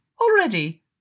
already